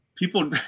People